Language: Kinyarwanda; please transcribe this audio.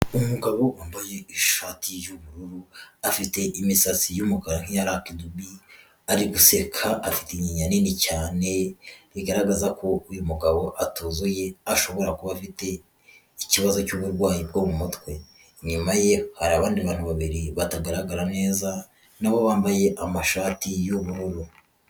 Umugabo wambaye ishati y'ubururu, afite imisatsi y'umukara nk'iya Luck Dube, ari guseka afite inyinya nini cyane, bigaragaza ko uyu mugabo atuzuye, ashobora kuba afite ikibazo cy'uburwayi bwo mu mutwe, inyuma ye hari abandi bantu babiri batagaragara neza, na bo bambaye amashati y'ubururu.